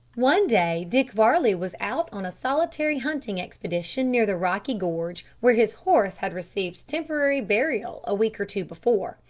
one day dick varley was out on a solitary hunting expedition near the rocky gorge, where his horse had received temporary burial a week or two before.